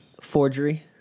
forgery